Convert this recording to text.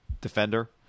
defender